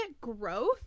growth